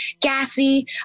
gassy